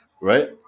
Right